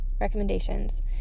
recommendations